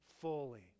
fully